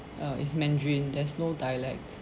err is mandarin there's no dialect